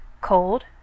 Cold